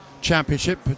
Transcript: championship